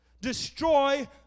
destroy